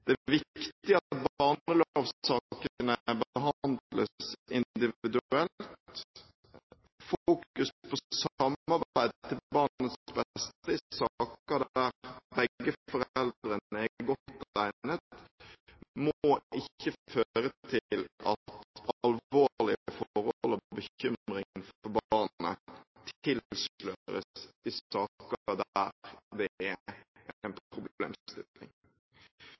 Det er viktig at barnelovsakene behandles individuelt. Fokus på samarbeid til barnets beste i saker der begge foreldrene er godt egnet, må ikke føre til at alvorlige forhold og bekymring for barnet tilsløres i saker der dette er en problemstilling.